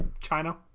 China